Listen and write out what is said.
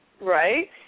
Right